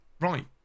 right